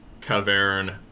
cavern